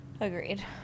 Agreed